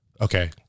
Okay